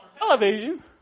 television